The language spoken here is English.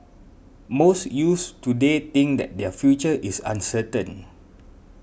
most youths today think that their future is uncertain